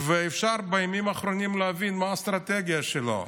אפשר בימים האחרונים להבין מה האסטרטגיה שלו.